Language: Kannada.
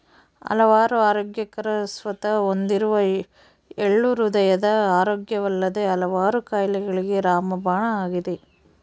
ಹಲವಾರು ಆರೋಗ್ಯಕರ ಸತ್ವ ಹೊಂದಿರುವ ಎಳ್ಳು ಹೃದಯದ ಆರೋಗ್ಯವಲ್ಲದೆ ಹಲವಾರು ಕಾಯಿಲೆಗಳಿಗೆ ರಾಮಬಾಣ ಆಗಿದೆ